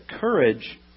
courage